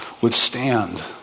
withstand